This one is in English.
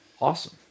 awesome